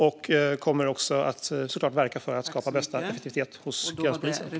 Vi kommer såklart att verka för att skapa bästa effektivitet hos gränspolisen.